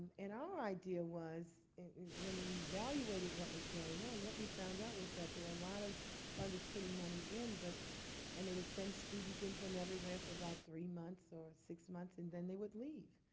and our idea was when we evaluated what was going on, what we found out was that there were a lot of funders putting money in, but and they would send students in from everywhere for about three months or six months, and then they would leave.